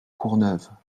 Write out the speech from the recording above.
courneuve